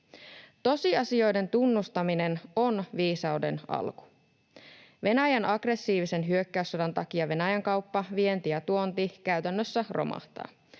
Tosiasioiden tunnustaminen on viisauden alku. Venäjän aggressiivisen hyökkäyssodan takia Venäjän-kauppa, ‑vienti ja ‑tuonti käytännössä romahtavat.